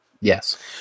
Yes